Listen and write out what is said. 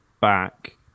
back